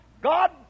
God